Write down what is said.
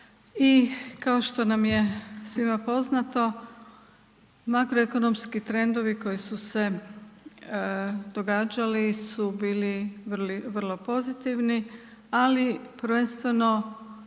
kao što nam je svima poznato makroekonomski trendovi koji su se događali su bili vrlo pozitivni ali prvenstveno